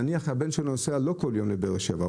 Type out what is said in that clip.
נניח שהבן שלו נוסע לא כל יום לבאר שבע,